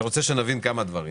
אני רוצה שנבין כמה דברים.